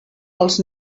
els